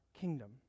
kingdom